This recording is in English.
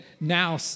now